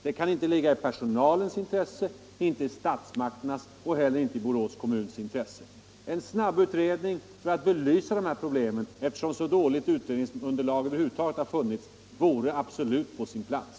Det kan inte ligga i personalens intresse, inte i statsmakternas och inte heller i Borås kommuns intresse. En snabbutredning för att belysa de här problemen, eftersom utredningsmaterialet över huvud taget har varit så dåligt, vore absolut på sin plats.